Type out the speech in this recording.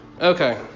Okay